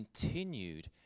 continued